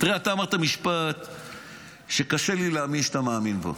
אתה אמרת משפט שקשה לי להאמין שאתה מאמין בו,